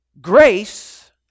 Grace